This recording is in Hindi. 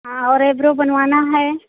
हाँ और एबरो बनवाना है